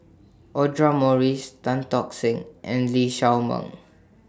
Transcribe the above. Audra Morrice Tan Tock Seng and Lee Shao Meng